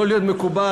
לא להיות מקובע,